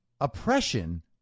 oppression